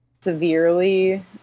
severely